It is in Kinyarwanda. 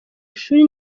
ishuri